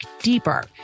deeper